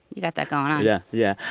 you got that going on yeah. yeah.